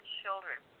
children